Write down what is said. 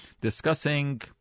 discussing